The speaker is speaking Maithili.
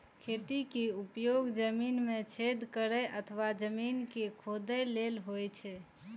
खंती के उपयोग जमीन मे छेद करै अथवा जमीन कें खोधै लेल होइ छै